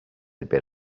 better